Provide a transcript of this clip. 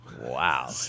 wow